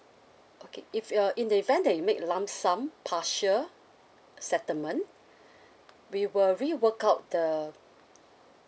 okay if you're in the event that you make lump sum partial settlement we will rework out the